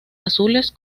azules